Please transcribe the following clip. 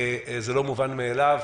ההירתמות הזו אינה מובנת מאליה.